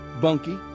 Bunky